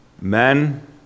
Men